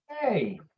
hey